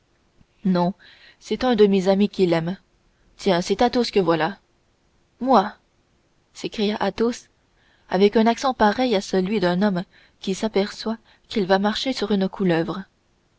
non c'est un de mes amis qui l'aime tiens c'est athos que voilà moi s'écria athos avec un accent pareil à celui d'un homme qui s'aperçoit qu'il va marcher sur une couleuvre